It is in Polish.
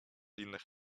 innych